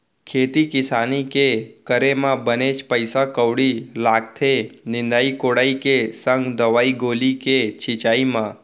खेती किसानी के करे म बनेच पइसा कउड़ी लागथे निंदई कोड़ई के संग दवई गोली के छिंचाई म